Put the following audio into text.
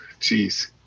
Jeez